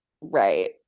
right